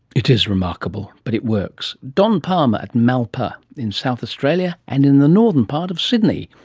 it is remarkable. but it works. don palmer at malpa in south australia and in the northern part of sydney,